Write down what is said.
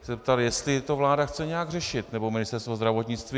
Chci se zeptat, jestli to vláda chce nějak řešit nebo Ministerstvo zdravotnictví?